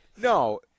No